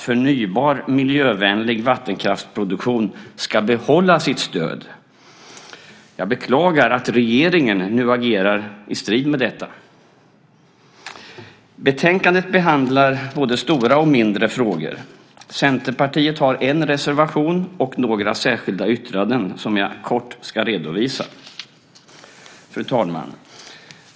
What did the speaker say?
Förnybar, miljövänlig vattenkraftsproduktion ska alltså behålla sitt stöd. Jag beklagar att regeringen nu agerar i strid med detta. Betänkandet behandlar både stora och mindre frågor. Centerpartiet har en reservation och några särskilda yttranden som jag kort ska redovisa. Fru talman!